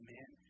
Man